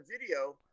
video